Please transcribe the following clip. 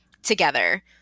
together